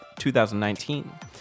2019